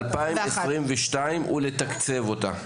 ב-2022 ולתקצב אותה.